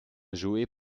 jouet